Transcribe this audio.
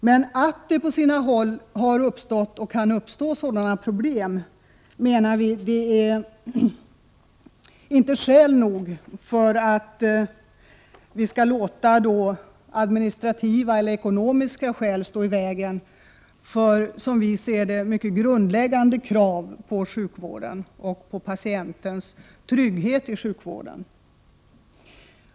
Men att det på sina håll har uppstått och kan uppstå sådana problem menar vi inte är skäl nog för att vi skall låta administrativa eller ekonomiska hinder stå i vägen för vad vi ser som mycket grundläggande krav på sjukvården och på patientens trygghet i sjukvården.